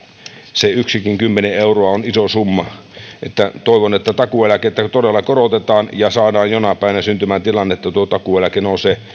se yksikin kymmenen euroa on iso summa toivon että takuueläkettä todella korotetaan ja saadaan jonain päivänä syntymään tilanne että tuo takuueläke nousee